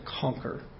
conquer